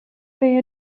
they